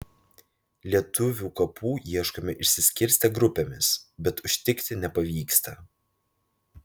lietuvių kapų ieškome išsiskirstę grupėmis bet užtikti nepavyksta